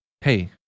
Hey